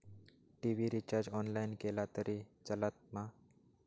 TV recharge online केला तरी चलात मा?